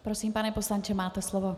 Prosím, pane poslanče, máte slovo.